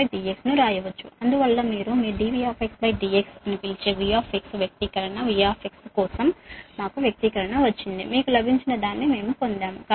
అందువల్ల మీరు మీ dVdx అని పిలిచే V వ్యక్తీకరణ V కోసం మాకు వ్యక్తీకరణ వచ్చింది మీకు లభించిన దాన్ని మేము పొందాము